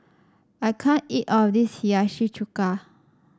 I can't eat all of this Hiyashi Chuka